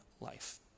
life